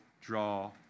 draw